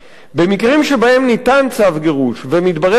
במקרים שבהם ניתן צו גירוש ומתברר לאחר